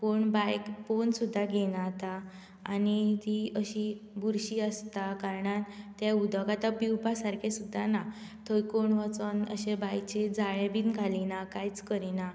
कोण बांयक पळोवन सुद्दां घेयना आतां आनी ती अशी बुरशी आसता कारणान तें उदक आतां पिवपा सारकें सुद्दां ना थंय कोण वचन अशें बांयचेर जाळें बीन घालीना कांयच करिना